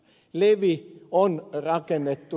levi on rakennettu